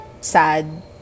sad